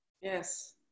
Yes